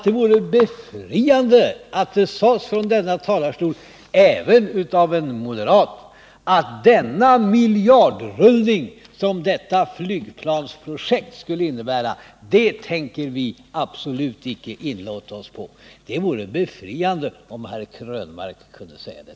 Det vore befriande att det sades från denna talarstol även av en moderat att den miljardrullning som detta flygplansprojekt skulle innebära tänker vi absolut inte inlåta oss på. Det vore befriande om herr Krönmark kunde säga det.